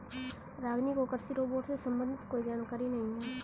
रागिनी को कृषि रोबोट से संबंधित कोई जानकारी नहीं है